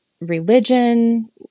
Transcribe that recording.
religion